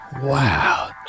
Wow